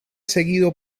seguido